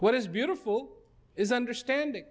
what is beautiful is understanding